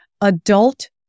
adult